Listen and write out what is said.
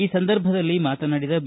ಈ ಸಂದರ್ಭದಲ್ಲಿ ಮಾತನಾಡಿದ ಬಿ